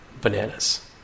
Bananas